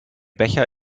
becher